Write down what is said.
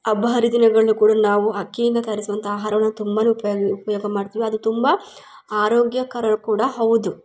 ಹಬ್ಬ ಹರಿದಿನಗಳನ್ನು ಕೂಡ ನಾವು ಅಕ್ಕಿಯಿಂದ ತಯಾರಿಸುವಂಥ ಆಹಾರವನ್ನು ತುಂಬಾ ಉಪಯೋಗ ಉಪಯೋಗ ಮಾಡ್ತೀವಿ ಅದು ತುಂಬ ಆರೋಗ್ಯಕರ ಕೂಡ ಹೌದು